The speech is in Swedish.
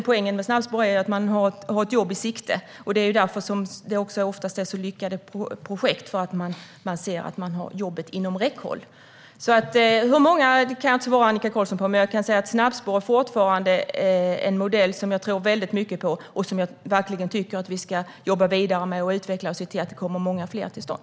Poängen med snabbspår är att människor har ett jobb i sikte. Det är oftast därför som det är så lyckade projekt. Människor ser att de har jobbet inom räckhåll. Hur många det är kan jag inte svara Annika Qarlsson på. Men snabbspår är fortfarande en modell som jag tror väldigt mycket på och som jag verkligen tycker att vi ska jobba vidare med, utveckla och se till att det kommer många fler till stånd.